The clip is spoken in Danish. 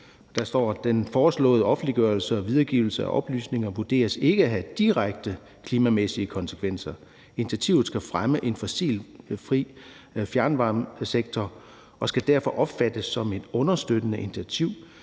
Der står: »Den foreslåede offentliggørelse og videregivelse af oplysninger vurderes ikke at have direkte klimamæssige konsekvenser. Initiativet skal fremme en fossilfri fjernvarmesektor, og skal derfor opfattes som et understøttende initiativ,